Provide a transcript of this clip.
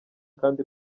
kandi